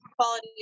quality